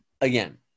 again